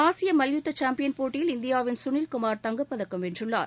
ஆசிய மல்யுத்த சாம்பியன் போட்டியில் இந்தியாவின் கனில் குமார் தங்கப் பதக்கம் வென்றுள்ளார்